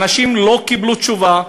אנשים לא קיבלו תשובה.